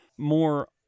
more